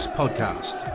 podcast